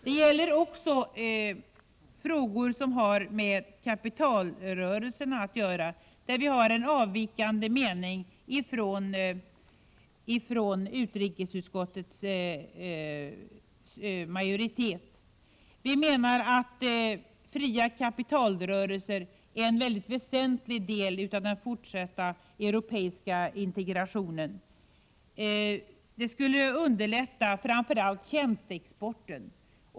Det gäller också frågor som har med kapitalrörelserna att göra. Här har vi en uppfattning som avviker från utskottsmajoritetens. Vi menar att fria kapitalrörelser är en mycket väsentlig del av den fortsatta europeiska integrationen. Det skulle underlätta framför allt tjänsteexporten.